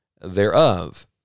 thereof